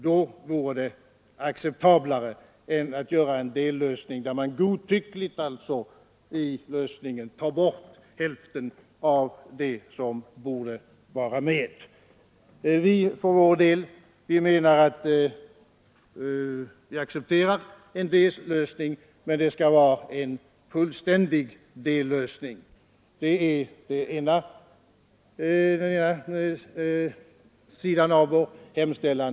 Det vore mer acceptabelt än att göra en dellösning, där man godtyckligt tar bort hälften av de ämnen som borde vara med. Vi för vår del accepterar alltså en dellösning, men det skall vara en komplett dellösning. Det är den ena sidan av vår hemställan.